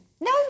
No